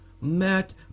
Matt